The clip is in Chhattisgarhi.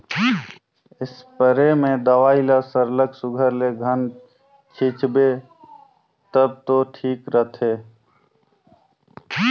इस्परे में दवई ल सरलग सुग्घर ले घन छींचबे तब दो ठीक रहथे